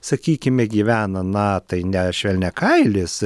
sakykime gyvena na tai ne švelniakailis